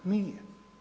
NIje.